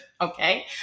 Okay